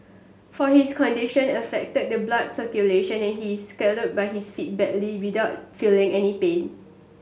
for his condition affected the blood circulation and he scalded but his feet badly without feeling any pain